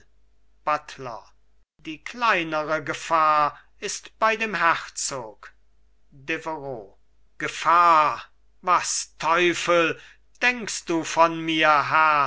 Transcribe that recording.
buttler die kleinere gefahr ist bei dem herzog deveroux gefahr was teufel denkst du von mir